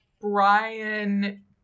Brian